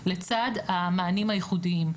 לצד המענים הייחודיים.